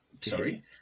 Sorry